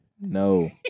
No